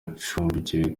acumbikiwe